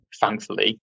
thankfully